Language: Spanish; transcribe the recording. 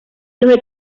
los